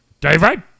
David